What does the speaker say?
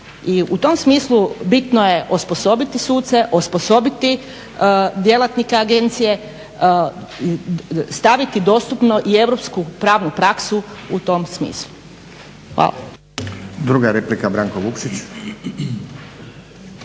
I u tom smislu bitno je osposobiti suce, osposobiti djelatnike agencije, staviti dostupnu i europsku pravnu praksu u tom smislu. Hvala. **Stazić, Nenad (SDP)**